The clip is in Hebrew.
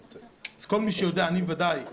אז כל מי שיודע אני בוודאי,